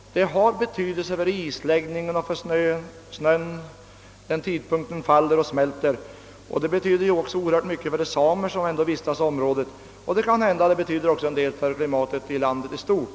De kan påverka isläggning, snötäcke och snösmältning, och detta har sin stora betydelse för de samer som vistas inom området. Det kan också tänkas att uppdämningen inverkar på klimatet över hela landskapet.